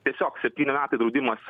tiesiog septynių metų draudimas